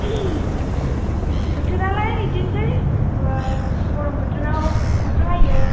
बोथोरालाय बिदिनोसै गरम बोथोराव अखा हायो